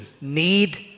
need